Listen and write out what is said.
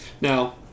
Now